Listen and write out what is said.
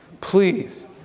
Please